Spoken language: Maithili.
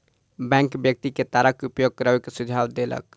बैंक व्यक्ति के तारक उपयोग करै के सुझाव देलक